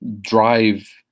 drive